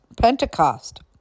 Pentecost